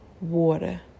water